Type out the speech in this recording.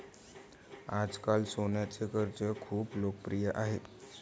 आजकाल सोन्याचे कर्ज खूप लोकप्रिय आहे